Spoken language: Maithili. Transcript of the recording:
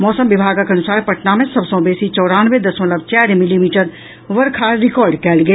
मौसम विभागक अनुसार पटना मे सब सॅ बेसी चौरानवे दशमलव चारि मिलीमीटर वर्षा रिकार्ड कयल गेल